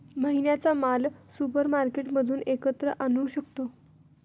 महिन्याचा माल सुपरमार्केटमधून एकत्र आणू शकतो